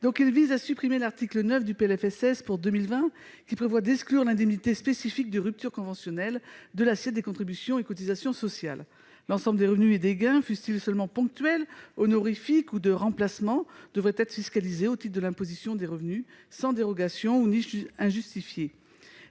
de la sécurité sociale pour 2020, qui prévoit d'exclure l'indemnité spécifique de rupture conventionnelle (ISRC) de l'assiette des contributions et cotisations sociales. L'ensemble des revenus et des gains, fussent-ils seulement ponctuels, honorifiques ou de remplacement, devrait être fiscalisé au titre de l'imposition des revenus sans dérogations ou niches injustifiées.